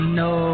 no